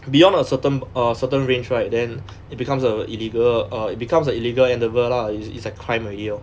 beyond a certain uh certain range right then it becomes a illegal uh it becomes the illegal endeavour lah it's it's a crime already lor